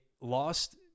lost